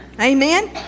amen